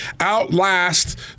outlast